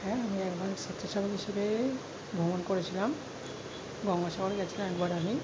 হ্যাঁ আমি একবার স্বেচ্ছাসেবক হিসাবে ভ্রমণ করেছিলাম গঙ্গাসাগর গিয়েছিলাম একবার আমি